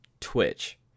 Twitch